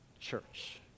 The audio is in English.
church